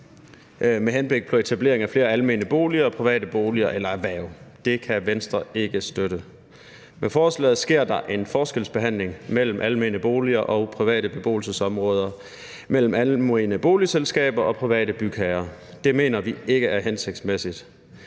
med henblik på etablering af flere almene boliger, private boliger eller erhverv. Det kan Venstre ikke støtte. Med forslaget sker der en forskelsbehandling mellem almene boliger og private beboelsesområder, mellem almene boligselskaber og private bygherrer. Det mener vi ikke er hensigtsmæssigt.